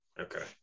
Okay